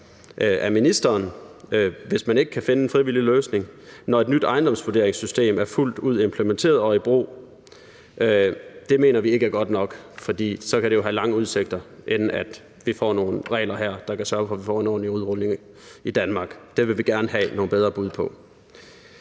hvis man ikke kan finde en frivillig løsning, når et nyt ejendomsvurderingssystem er fuldt ud implementeret og i brug. Det mener vi ikke er godt nok, for så kan det jo have lange udsigter, inden vi får nogle regler her, der kan sørge for, at vi får en ordentlig udrulning i Danmark. Det vil vi gerne have nogle bedre bud på.